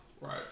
Right